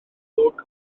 golwg